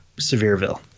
Sevierville